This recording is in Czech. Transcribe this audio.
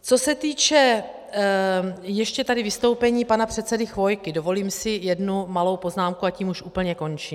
Co se týče ještě vystoupení pana předsedy Chvojky, dovolím si jednu malou poznámku a tím už úplně končím.